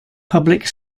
public